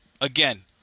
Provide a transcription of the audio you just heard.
Again